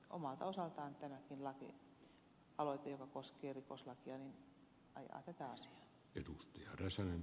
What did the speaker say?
omalta osaltaan tämäkin lakialoite joka koskee rikoslakia ajaa tätä asiaa